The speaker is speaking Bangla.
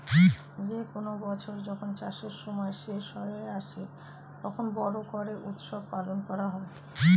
যে কোনো বছর যখন চাষের সময় শেষ হয়ে আসে, তখন বড়ো করে উৎসব পালন করা হয়